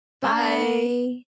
Bye